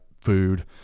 food